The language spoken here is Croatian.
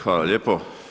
Hvala lijepo.